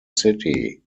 city